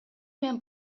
менен